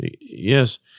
Yes